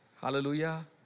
Hallelujah